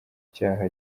cyaha